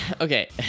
okay